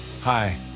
Hi